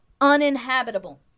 uninhabitable